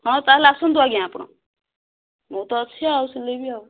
ହଁ ତାହେଲେ ଆସନ୍ତୁ ଆଜ୍ଞା ଆପଣ ମୁଁ ତ ଅଛି ଆଉ ସିଲେଇବି ଆଉ